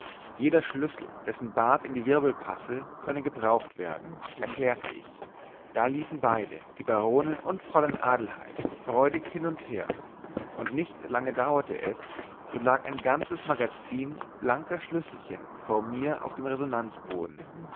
jeder schlüssel dessen bart in die wirbel passe könne gebraucht werden erklärte ich da liefen beide die baronin und fräulein adelheid freudig hin und wieder und nicht lange dauerte es so lag ein ganzes magazin blanker schlüsselchen vor mir auf dem resonanzboden